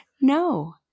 No